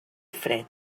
fred